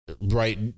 Right